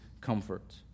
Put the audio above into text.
comfort